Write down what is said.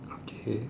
okay